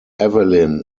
evelyn